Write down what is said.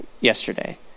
yesterday